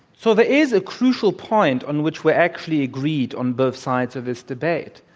so, there is a crucial point on which we're actually agreed on both sides of this debate.